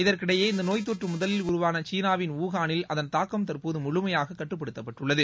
இதற்கிடையே இந்த நோய்த்தொற்று முதலில் உருவான சீனாவின் உஹாளில் அதன் தாக்கம் தற்போது முழுமையாக கட்டுப்படுத்தப்பட்டுளளது